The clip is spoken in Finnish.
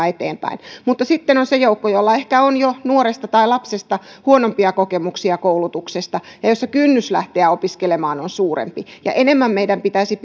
eteenpäin mutta sitten on se joukko jolla ehkä on jo nuoresta tai lapsesta huonompia kokemuksia koulutuksesta ja jolla kynnys lähteä opiskelemaan on suurempi ja enemmän meidän pitäisi